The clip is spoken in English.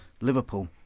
Liverpool